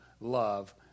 love